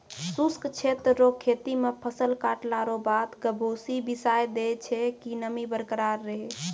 शुष्क क्षेत्र रो खेती मे फसल काटला रो बाद गभोरी बिसाय दैय छै कि नमी बरकरार रहै